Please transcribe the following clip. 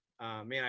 Man